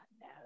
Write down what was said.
no